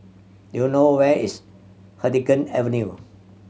do you know where is Huddington Avenue